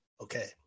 Okay